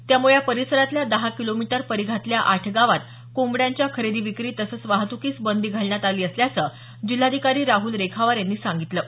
त्यामुळे या परिसरातल्या दहा किलोमीटर परिघातल्या आठ गावात कोंबड्यांच्या खरेदी विक्री तसंच वाहतुकीस बंदी घालण्यात आली असल्याचं जिल्हाधिकारी राहल रेखावार यांनी कळवलं आहे